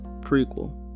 Prequel